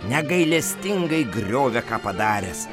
negailestingai griovė ką padaręs